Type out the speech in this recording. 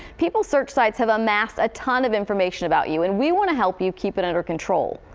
people's search sites have amassed a ton of information about you, and we want to help you keep it under control.